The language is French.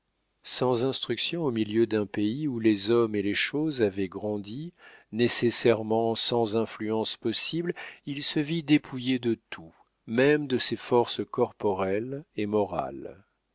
sans instruction au milieu d'un pays où les hommes et les choses avaient grandi nécessairement sans influence possible il se vit dépouillé de tout même de ses forces corporelles et morales